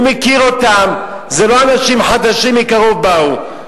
הוא מכיר אותם, זה לא אנשים חדשים מקרוב באו.